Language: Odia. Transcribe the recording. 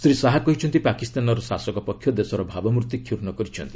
ଶ୍ରୀ ଶାହା କହିଛନ୍ତି ପାକିସ୍ତାନର ଶାସକ ପକ୍ଷ ଦେଶର ଭାବମୂର୍ତ୍ତି କ୍ଷୁର୍ଣ୍ଣ କରିଛନ୍ତି